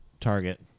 target